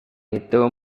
itu